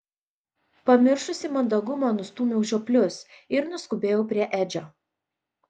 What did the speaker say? pamiršusi mandagumą nustūmiau žioplius ir nuskubėjau prie edžio